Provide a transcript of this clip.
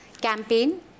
campaign